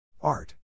Art